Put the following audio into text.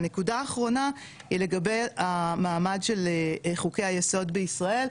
והנקודה האחרונה היא לגבי המעמד של חוקי היסוד בישראל,